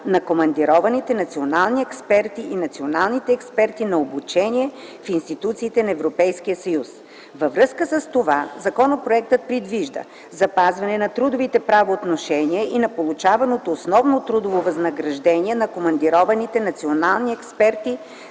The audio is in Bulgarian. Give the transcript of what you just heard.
на командированите национални експерти и националните експерти на обучение в институциите на Европейския съюз. Във връзка с това законопроектът предвижда запазване на трудовите правоотношения и на получаваното основно трудово възнаграждение на командированите национални експерти